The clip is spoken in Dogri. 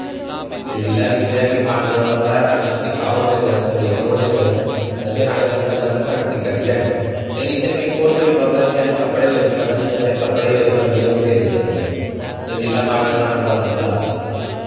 ते जिल्लै दिक्खी लेआ कि पानियां दा थोह्ड़ा जा रंग चिट्टा होन लग्गी पेदा ऐ सफेद होन लग्गी पेदा ऐ ते फेर असें केह् करना कि फटकरी कड्डी लैनी ते इ'यां इक होर तरीका होंदा इस्सी अस कपड़े बिच्च ब'नी ऐ ते कपड़े बिच्च ब'नियै बी फेरी सकने आं ते जिल्लै पानियां रंग बदलियां